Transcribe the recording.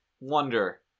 wonder